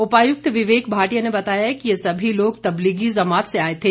उपायुक्त विवेक भाटिया ने बताया कि यह सभी लोग तबलीगी जुमात से आए थे